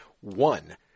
One